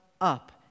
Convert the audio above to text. up